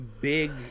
big